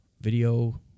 video